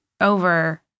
Over